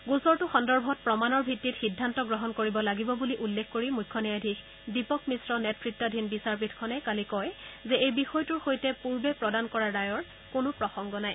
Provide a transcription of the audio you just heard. গোচৰটো সন্দৰ্ভত প্ৰমাণৰ ভিত্তিত সিদ্ধান্ত গ্ৰহণ কৰিব লাগিব বুলি উল্লেখ কৰি মুখ্য ন্যায়াধীশ দীপক মিশ্ৰ নেতৃতাধীন বিচাৰপীঠখনে কালি কয় যে এই বিষয়টোৰ সৈতে পূৰ্বতে প্ৰদান কৰা ৰায়ৰ কোনো প্ৰসংগ নাই